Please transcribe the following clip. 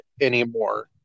anymore